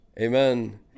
Amen